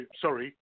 sorry